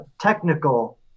technical